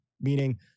meaning